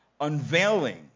unveiling